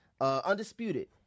undisputed